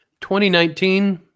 2019